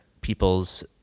people's